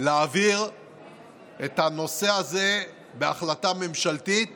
להעביר את הנושא הזה בהחלטה ממשלתית